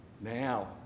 Now